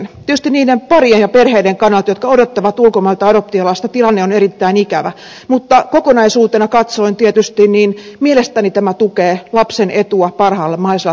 tietysti niiden parien ja perheiden kannalta jotka odottavat ulkomailta adoptiolasta tilanne on erittäin ikävä mutta kokonaisuutena katsoen tietysti mielestäni tämä tukee lapsen etua parhaalla mahdollisella tavalla